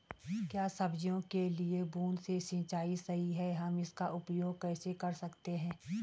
क्या सब्जियों के लिए बूँद से सिंचाई सही है हम इसका उपयोग कैसे कर सकते हैं?